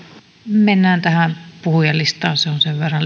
mennään tähän puhujalistaan se on